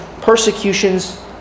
persecutions